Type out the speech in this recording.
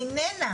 איננה